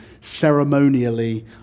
ceremonially